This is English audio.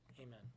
Amen